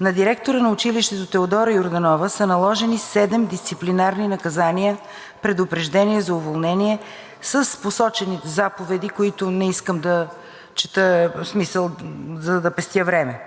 на директора на училището Теодора Йорданова са наложени седем дисциплинарни наказания, предупреждение за уволнение, с посочени заповеди, които не искам да чета, в смисъл, за да пестя време.